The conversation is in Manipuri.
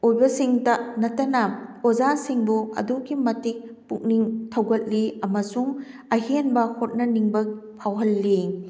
ꯑꯣꯏꯕꯁꯤꯡꯇ ꯅꯠꯇꯅ ꯑꯣꯖꯥꯁꯤꯡꯕꯨ ꯑꯗꯨꯛꯀꯤ ꯃꯇꯤꯛ ꯄꯨꯛꯅꯤꯡ ꯊꯧꯒꯠꯂꯤ ꯑꯃꯁꯨꯡ ꯑꯍꯦꯟꯕ ꯍꯣꯠꯅꯅꯤꯡꯕ ꯐꯥꯎꯍꯜꯂꯤ